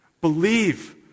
Believe